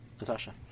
Natasha